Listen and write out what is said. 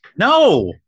No